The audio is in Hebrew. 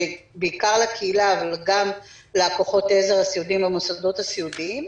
זה בעיקר לקהילה אבל גם לכוחות העזר הסיעודיים במוסדות הסיעודיים,